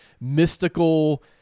mystical